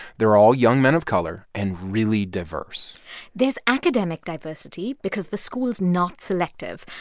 they're all young men of color and really diverse there's academic diversity because the school is not selective.